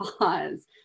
pause